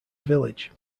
village